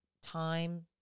time